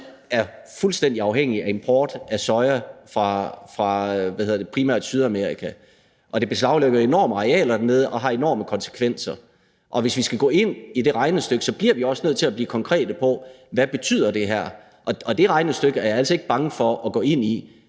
er fuldstændig afhængig af import af soja primært fra Sydamerika, og det beslaglægger enorme arealer dernede og har enorme konsekvenser. Og hvis vi skal gå ind i det regnestykke, bliver vi også nødt til at blive konkrete på, hvad det her betyder. Og det regnestykke er jeg altså ikke bange for at gå ind i,